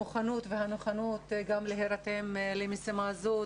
המוכנות והנכונות גם להירתם למשימה זו,